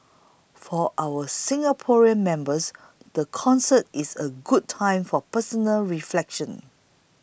for our Singaporean members the concert is a good time for personal reflection